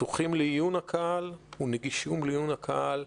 פתוחים לעיון הקהל ונגישים לעיון הקהל,